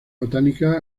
botánicas